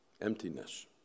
emptiness